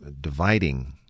dividing